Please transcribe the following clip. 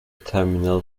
terminal